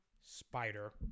spider